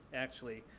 actually,